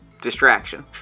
Distraction